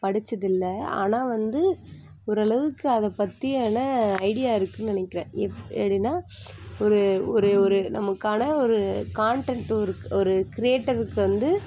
படித்தது இல்லை ஆனால் வந்து ஒரு அளவுக்கு அதை பற்றியான ஐடியா இருக்குதுன்னு நினக்கிறேன் எப்படின்னால் ஒரு ஒரே ஒரு நமக்கான ஒரு காண்டெண்டும் இருக்குது ஒரு க்ரியேட்டருக்கு வந்து